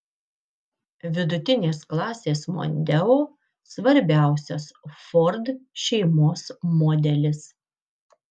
vidutinės klasės mondeo svarbiausias ford šeimos modelis